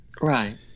Right